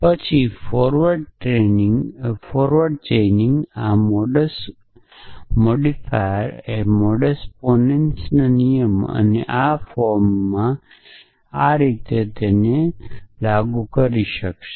પછીફોરવર્ડ chaining આ modus modified modus ponens નિયમો અને આ ફોર્મ અને આ ફોર્મમાં આ વસ્તુ લાગુ કરશે